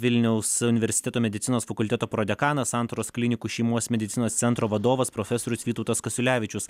vilniaus universiteto medicinos fakulteto prodekanas santaros klinikų šeimos medicinos centro vadovas profesorius vytautas kasiulevičius